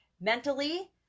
mentally